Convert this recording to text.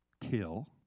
kill